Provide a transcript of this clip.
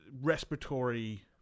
respiratory